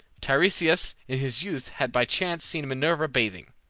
tiresias in his youth had by chance seen minerva bathing.